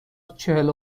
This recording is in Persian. چهل